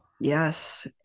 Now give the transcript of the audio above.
yes